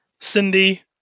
Cindy